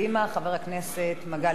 חבר הכנסת מגלי והבה.